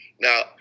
Now